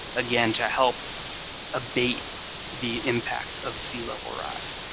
again, to help abate the impacts of sea level rise.